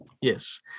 Yes